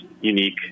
unique